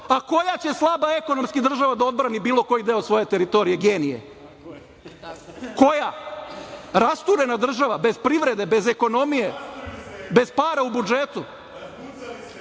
A, koja će slaba ekonomski država da odbrani bilo koji deo svoje teritorije, genije? Koja? Rasturena država, bez privrede, bez ekonomije, bez para u budžetu? Šta